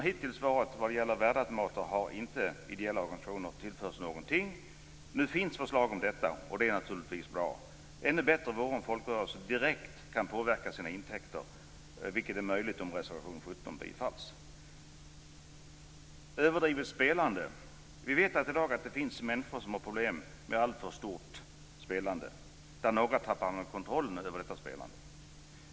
Hittills har ideella organisationer inte tillförts någonting från värdeautomatspel. Det finns nu förslag om detta, vilket naturligtvis är bra. Ännu bättre vore det om folkrörelser direkt kunde påverka sina intäkter, vilket är möjligt om reservation 17 bifalls. Vi vet att det i dag finns människor som har problem med överdrivet spelande, där några tappar kontrollen över sitt spelande.